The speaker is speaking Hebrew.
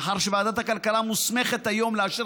מאחר שוועדת הכלכלה מוסמכת היום לאשר